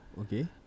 Okay